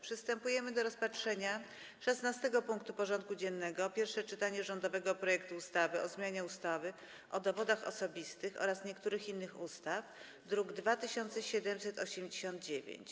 Przystępujemy do rozpatrzenia punktu 16. porządku dziennego: Pierwsze czytanie rządowego projektu ustawy o zmianie ustawy o dowodach osobistych oraz niektórych innych ustaw (druk nr 2789)